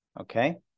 Okay